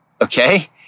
okay